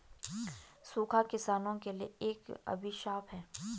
सूखा किसानों के लिए एक अभिशाप है